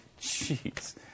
Jeez